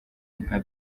nka